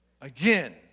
Again